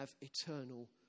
eternal